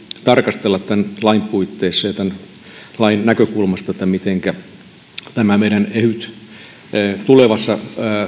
tarkastella tämän lain puitteissa ja tämän lain näkökulmasta mitenkä nämä meidän elymme ovat tulevassa